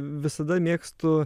visada mėgstu